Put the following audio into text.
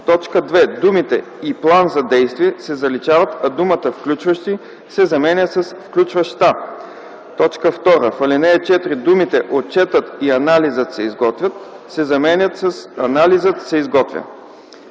в т. 2 думите „и план за действие” се заличават, а думата „включващи” се заменя с „включваща”. 2. В ал. 4 думите „Отчетът и анализът се изготвят” се заменят с „Анализът се изготвя”.”